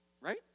right